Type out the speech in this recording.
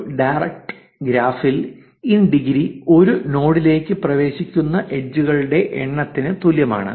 ഒരു ഡയറക്റ്റ് ഗ്രാഫിൽ in degree ഒരു നോഡിലേക്ക് പ്രവേശിക്കുന്ന എഡ്ജ് കളുടെ എണ്ണത്തിന് തുല്യമാണ്